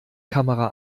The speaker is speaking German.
kamera